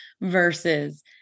versus